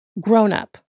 grown-up